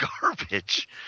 garbage